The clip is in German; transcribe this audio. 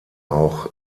auch